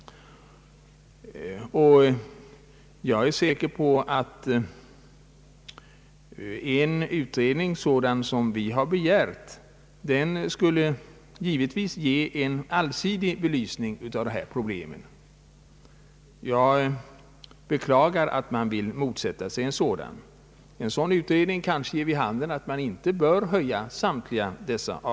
Jag är säker på att en utredning sådan som den vi har begärt skulle ge en allsidig belysning av de problem som vi nu diskuterar. Jag beklagar att man vill motsätta sig en sådan utredning. Den kanske ger vid handen att samtliga dessa avdrag inte bör höjas.